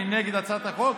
אני נגד הצעת החוק,